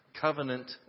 covenant